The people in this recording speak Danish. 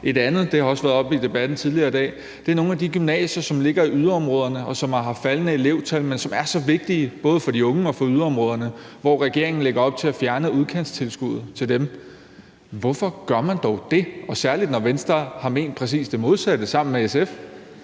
andet, og det har også været oppe i debatten tidligere i dag, er nogle af de gymnasier, som ligger i yderområderne, og som har haft faldende elevtal, men som er så vigtige, både for de unge og for yderområderne, og som regeringen lægger op til at fjerne udkantstilskuddet til. Hvorfor gør man dog det, særlig når Venstre har ment præcis det modsatte sammen med SF?